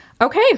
Okay